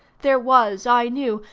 there was, i knew,